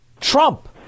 trump